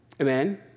Amen